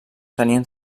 tenien